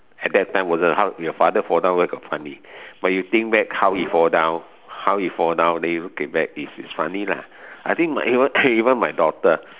at that time wasn't how your father fall down where got funny when you think back how he fall down how he fall down then you look it back then is funny lah I think my e~ even my daughter